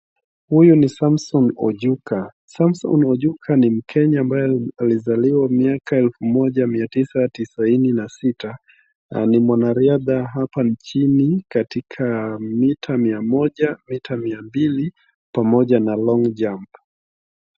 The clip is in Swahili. Huyu ni Samson Ojuka. Samson Ojuka ni mkenya ambaye amezaliwa miaka elfu moja, mia tisa tisini na sita. Ni mwanarihadha hapa nchini katika mita mia moja, mita mia mbili, pamoja na long jump .